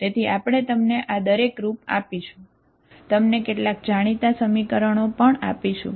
તેથી આપણે તમને આ દરેક રૂપ આપીશું આપણે તમને કેટલાક જાણીતા સમીકરણો આપીશું